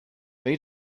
they